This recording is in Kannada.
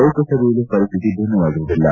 ಲೋಕಸಭೆಯಲ್ಲೂ ಪರಿಸ್ತಿತಿ ಭಿನ್ನವಾಗಿರಲಿಲ್ಲ